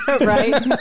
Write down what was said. right